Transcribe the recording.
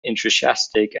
enthusiastic